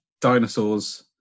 dinosaurs